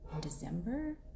December